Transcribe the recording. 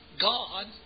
God